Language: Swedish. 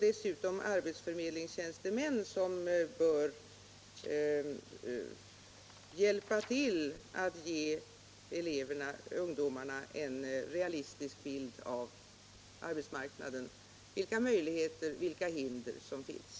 Dessutom har vi arbetsförmedlingstjänstemän, som bör hjälpa till att ge ungdomarna en realistisk bild av arbetsmarknaden och tala om vilka möjligheter och vilka hinder som finns.